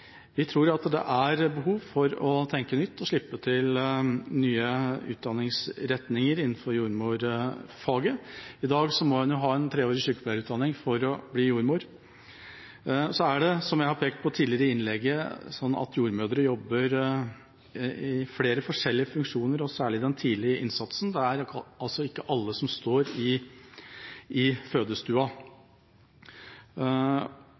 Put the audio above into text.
Vi tror at det er behov for å tenke nytt og slippe til nye utdanningsretninger innenfor jordmorfaget. I dag må en jo ha en treårig sykepleierutdanning for å bli jordmor. Så er det, som jeg har pekt på tidligere i innlegget, slik at jordmødre jobber i flere forskjellige funksjoner, og særlig med den tidlige innsatsen. Det er altså ikke alle som står i